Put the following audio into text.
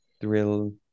thrill